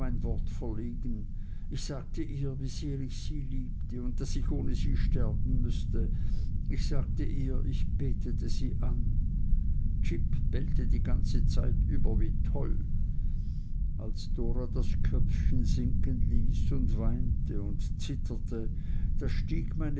verlegen ich sagte ihr wie sehr ich sie liebte und daß ich ohne sie sterben müßte ich sagte ihr ich betete sie an jip bellte die ganze zeit über wie toll als dora das köpfchen sinken ließ und weinte und zitterte da stieg meine